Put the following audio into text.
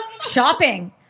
shopping